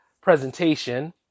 presentation